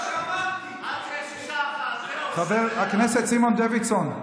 עד שיש אישה אחת, חבר הכנסת סימון דוידסון.